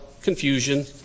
confusion